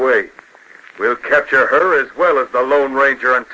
away will capture her as well as the lone ranger